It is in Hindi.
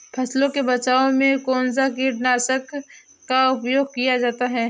फसलों के बचाव में कौनसा कीटनाशक का उपयोग किया जाता है?